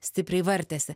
stipriai vartėsi